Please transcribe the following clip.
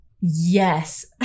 Yes